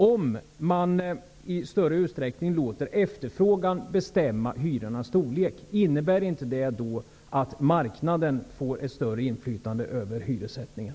Om man i större utsträckning låter efterfrågan bestämma hyrornas storlek, innebär inte det att marknaden får ett större inflytande över hyressättningen?